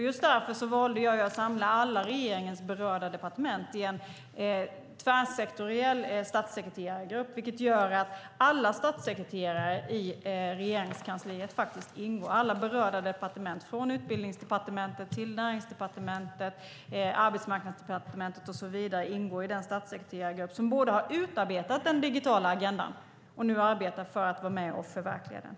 Just därför valde jag att samla alla regeringens berörda departement i en tvärsektoriell statssekreterargrupp, vilket gör att alla statssekreterare i Regeringskansliet faktiskt ingår. Alla berörda departement, från Utbildningsdepartementet till Näringsdepartementet, Arbetsmarknadsdepartementet och så vidare, ingår i den statssekreterargrupp som både har utarbetat den digitala agendan och nu arbetar för att vara med och förverkliga den.